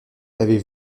avez